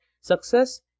Success